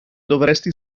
dovresti